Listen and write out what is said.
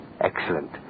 Excellent